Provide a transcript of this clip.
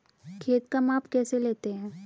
खेत का माप कैसे लेते हैं?